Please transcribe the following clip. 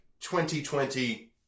2020